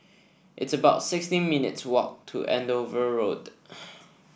it's about sixteen minutes' walk to Andover Road